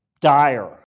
dire